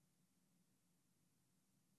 הוא אומר לי: אתה נראה לי קצת מוכר,